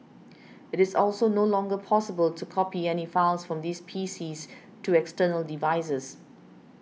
it is also no longer possible to copy any files from these PCs to external devices